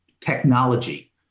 technology